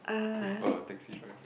with a taxi driver